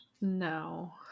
No